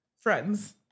friends